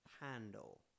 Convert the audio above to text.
Handle